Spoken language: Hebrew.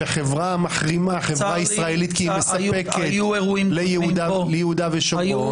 שחברה מחרימה חברה ישראלית כי היא מספקת ליהודה ושומרון,